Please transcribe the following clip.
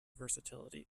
versatility